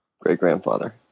great-grandfather